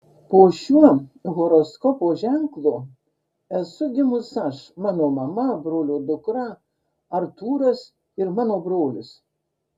po šiuo horoskopo ženklu esu gimus aš mano mama brolio dukra artūras ir mano brolis